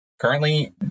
currently